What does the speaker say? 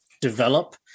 develop